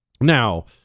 Now